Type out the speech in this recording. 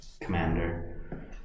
Commander